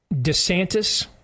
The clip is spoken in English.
DeSantis